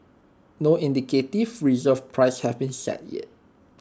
no indicative reserve price has been set yet